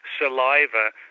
saliva